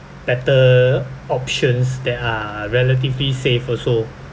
better options that are relatively safe also